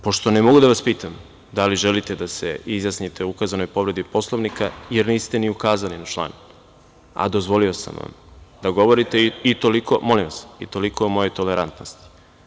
Pošto ne mogu da vas pitam da li želite da se izjasnite o ukazanoj povredi Poslovnika, jer niste ni ukazali na član, a dozvolio sam vam da govorite i toliko o mojoj tolerantnosti.